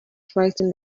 frightened